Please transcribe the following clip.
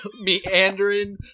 meandering